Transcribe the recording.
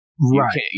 Right